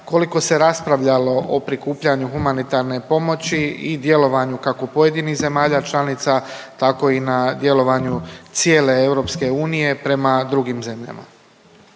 koliko se raspravljalo o prikupljanju humanitarne pomoći i djelovanju kako pojedinih zemalja članica tako i na djelovanju cijele EU prema drugim zemljama.